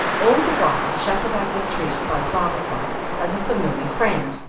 all the while schacabac was treated by the barmecide as a familiar friend,